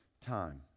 time